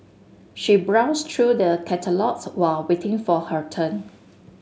she browsed through the catalogues while waiting for her turn